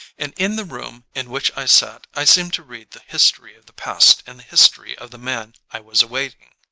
and in the room in which i sat i seemed to read the history of the past and the history of the man i was awaiting.